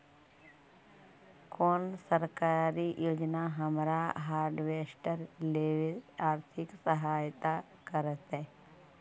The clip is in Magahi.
कोन सरकारी योजना हमरा हार्वेस्टर लेवे आर्थिक सहायता करतै?